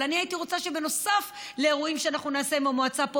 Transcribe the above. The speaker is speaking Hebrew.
אבל אני הייתי רוצה שנוסף על האירועים שאנחנו נעשה עם המועצה פה